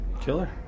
Killer